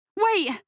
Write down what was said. Wait